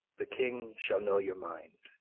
the king shall know your minde.